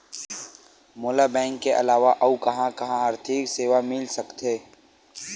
मोला बैंक के अलावा आऊ कहां कहा आर्थिक सेवा मिल सकथे?